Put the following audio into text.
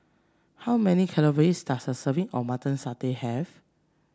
how many calories does a serving of Mutton Satay have